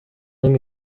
نمی